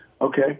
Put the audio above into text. Okay